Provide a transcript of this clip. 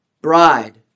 bride